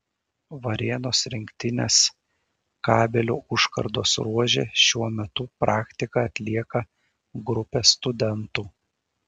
varėnos rinktinės kabelių užkardos ruože šiuo metu praktiką atlieka grupė studentų